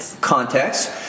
context